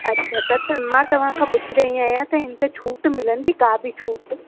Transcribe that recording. अच्छा त मां तव्हां खां पुछी रही आहियां त हिन ते छूट मिलंदी का बि छूट